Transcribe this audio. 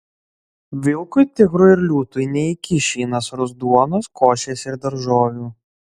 vilkui tigrui ir liūtui neįkiši į nasrus duonos košės ir daržovių